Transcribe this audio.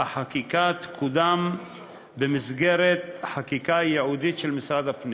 והחקיקה תקודם במסגרת חקיקה ייעודית של משרד הפנים.